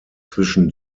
zwischen